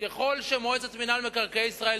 ככל שמועצת מינהל מקרקעי ישראל,